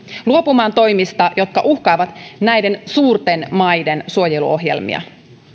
luopumaan toimista jotka uhkaavat näiden suurten maiden suojeluohjelmia